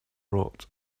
wrote